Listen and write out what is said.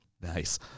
Nice